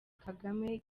kagame